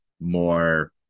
more